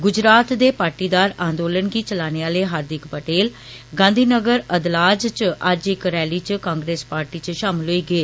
गुजरात दे पाटीदार आंदोलन गी चलाने आले हार्दिक पटेल गांधीनगर अदलाज च अज्ज इक रैली च कांग्रेस पाटी च षामल होई गे